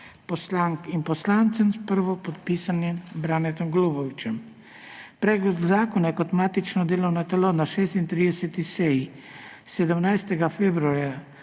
poslank in poslancev s prvopodpisanim Branetom Golubovićem. Predlog zakona je kot matično delovno telo na 36. seji 17. februarja